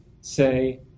say